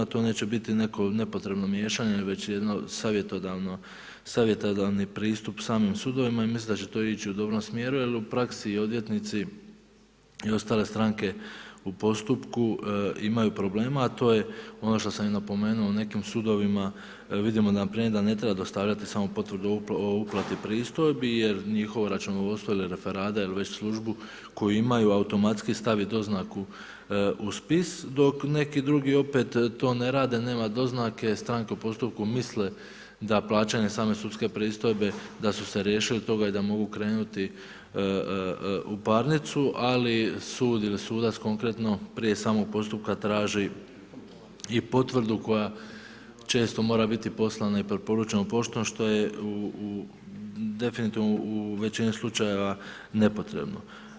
To neće biti neko nepotrebno miješanje već jedno savjetodavno, savjetodavni pristup samim sudovima i mislim da će to ići u dobrom smjeru jer u praksi i odvjetnici o ostale stranke u postupku imaju problema a to je ono što sam i napomenuo u nekim sudovima vidimo npr. da ne treba dostavljati samo potvrdu o uplati pristojbi jer njihovo računovodstvo ili referada ili već službu koju imaju automatski stavi doznaku u spis dok neki drugi opet to ne rade, nema doznake, stranke u postupku misle da plaćanje same sudske pristojbe da su se riješili toga i da mogu krenuti u parnicu ali sud ili sudac konkretno prije samog postupka traži i potvrdu koja često mora biti poslana i preporučena poštom što je definitivno u većini slučajeva nepotrebno.